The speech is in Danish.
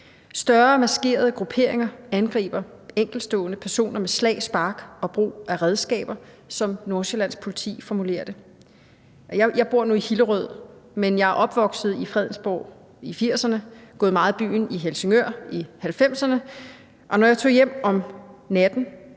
Større maskerede grupperinger angriber enkeltstående personer med slag, spark og brug af redskaber, som Nordsjællands Politi formulerer det. Jeg bor nu i Hillerød, men jeg er opvokset i Fredensborg i 1980'erne, er gået meget i byen i Helsingør i 1990'erne, og når jeg tog hjem om natten,